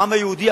העם היהודי,